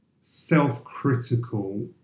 self-critical